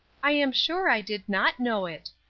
i am sure i did not know it.